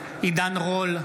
בעד עידן רול,